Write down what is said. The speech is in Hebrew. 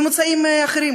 גם ממוצאים אחרים,